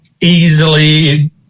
easily